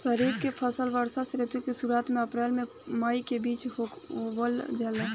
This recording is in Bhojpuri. खरीफ के फसल वर्षा ऋतु के शुरुआत में अप्रैल से मई के बीच बोअल जाला